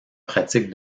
pratique